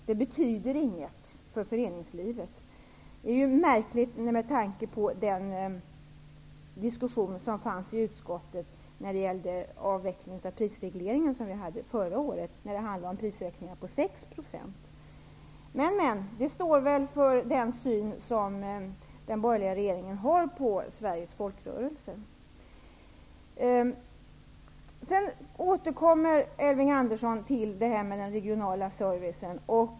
Det skulle inte betyda någonting för föreningslivet. Det är ju märkligt med tanke på den diskussion som fördes i utskottet om avveckling av prisregleringen förra året, när det handlade om prisökningar om 6 %. Men det är väl ett uttryck för den syn som den borgerliga regeringen har på Elving Andersson återkommer till den regionala servicen.